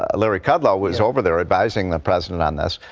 ah larry kudlow, was over there advising the president on this.